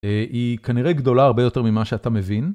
היא כנראה גדולה הרבה יותר ממה שאתה מבין.